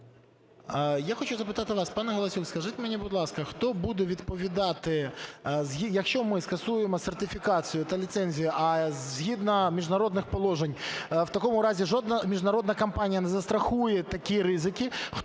Я хочу запитати вас, пане Галасюк. Скажіть мені, будь ласка, хто буде відповідати, якщо ми скасуємо сертифікацію та ліцензію, а, згідно міжнародних положень, у такому разі жодна міжнародна компанія не застрахує такі ризики,